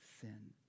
sin